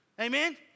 Amen